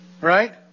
right